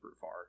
far